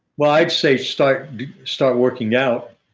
well, i'd say start start working out.